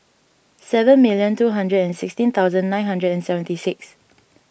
seven million two hundred and sixteen thousand nine hundred and seventy six